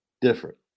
different